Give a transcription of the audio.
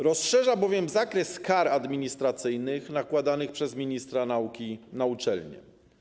Rozszerza bowiem zakres kar administracyjnych nakładanych przez ministra nauki na uczelnie.